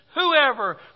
whoever